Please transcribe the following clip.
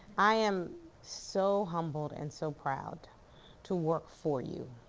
i am so humbled and so proud to work for you.